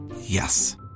Yes